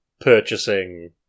purchasing